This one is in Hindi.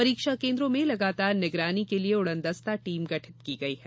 परीक्षा केन्द्रों में लगातार निगरानी के लिये उड़न दस्ता टीम गठित की गई है